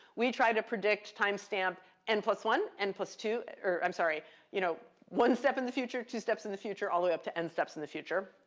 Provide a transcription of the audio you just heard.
we tried to predict timestamp n plus one, n and plus two or, i'm sorry you know one step in the future, two steps in the future all, the way up to n steps in the future.